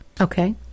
Okay